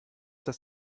das